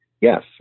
yes